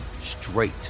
straight